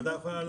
מה התשובה?